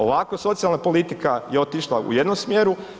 Ovakva socijalna politika je otišla u jednom smjeru.